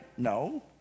No